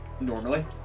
normally